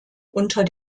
unter